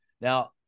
now